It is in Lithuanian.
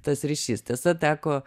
tas ryšys tiesa teko